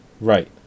Right